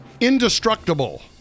indestructible